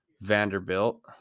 Vanderbilt